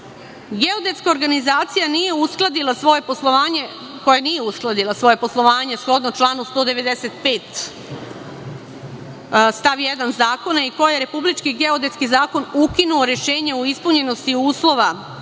opremu. Geodetska organizacija koja nije uskladila svoje poslovanje, shodno članu 195. stav 1. Zakona, i kojoj je Republički geodetski zavod ukinuo rešenje o ispunjenosti uslova